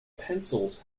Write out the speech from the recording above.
pencils